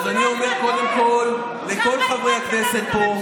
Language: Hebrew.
אז אני אומר קודם כול לכל חברי הכנסת פה,